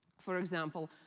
for example,